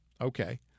okay